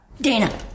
Dana